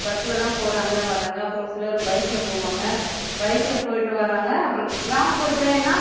பஸ்சில்தான் போகிறாங்க வராங்க அப்புறம் சிலர் பைக்கில் போவாங்க பைக்கில் போய்விட்டு வராங்க அப்புறம் கிராமப்புறத்துலெலாம்